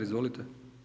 Izvolite.